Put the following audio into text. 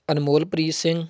Anmolpreet Singh